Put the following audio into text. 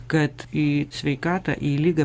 kad į sveikatą į ligą